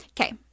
Okay